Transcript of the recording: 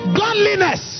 godliness